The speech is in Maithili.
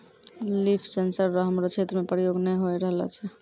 लिफ सेंसर रो हमरो क्षेत्र मे प्रयोग नै होए रहलो छै